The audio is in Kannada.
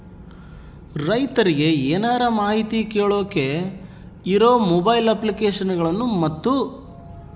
ರೈತರಿಗೆ ಏನರ ಮಾಹಿತಿ ಕೇಳೋಕೆ ಇರೋ ಮೊಬೈಲ್ ಅಪ್ಲಿಕೇಶನ್ ಗಳನ್ನು ಮತ್ತು?